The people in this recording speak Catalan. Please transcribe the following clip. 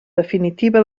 definitiva